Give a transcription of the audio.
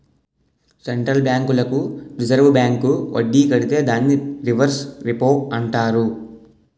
central బ్యాంకులకు reserve bank వడ్డీ కడితే దాన్ని రివర్స్ రెపో అంటారు